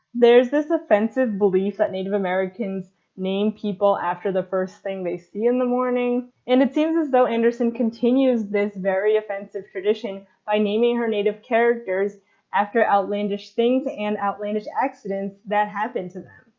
there's this offensive belief that native americans name people after the first thing they see in the morning, and it seems as though anderson continues this very offensive tradition by naming her native characters after outlandish things and outlandish accidents that happened to